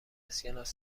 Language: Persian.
اسکناس